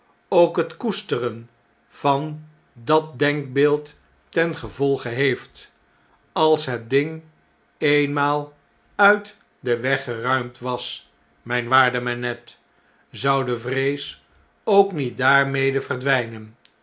ook het koesteren van dat denkbeeld ten gevolge aeeft als het ding eenmaal uit den weg geruimd was rmjn waarde manette zou de vrees ook niet daarmede verdwijnen